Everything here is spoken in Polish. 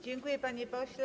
Dziękuję, panie pośle.